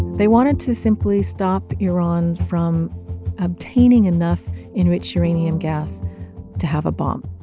they wanted to simply stop iran from obtaining enough enriched uranium gas to have a bomb.